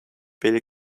bill